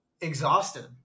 exhausted